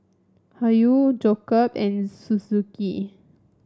Hoyu Jacob and Suzuki